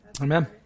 Amen